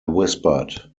whispered